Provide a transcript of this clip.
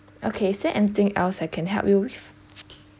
okay is there anything else I can help you with